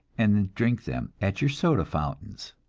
and drink them at your soda fountains!